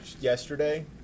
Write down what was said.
Yesterday